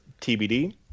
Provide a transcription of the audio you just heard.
TBD